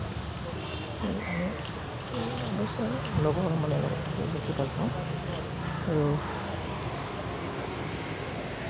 আমি অৱশ্যে আমি লগৰ সমনীয়াৰ লগত থাকি বেছি ভাল পাওঁ আৰু